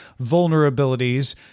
vulnerabilities